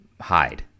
hide